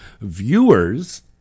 viewers